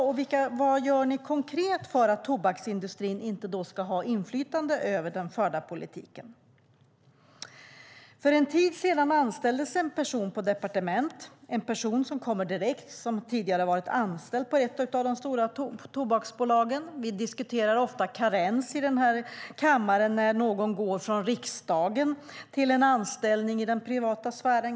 Och vad gör ni konkret för att tobaksindustrin inte ska ha inflytande över den förda politiken? För en tid sedan anställdes på ett departement en person som tidigare varit anställd på ett av de stora tobaksbolagen. Vi diskuterar ofta i den här kammaren karens när någon går från riksdagen till en anställning i den privata sfären.